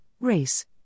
race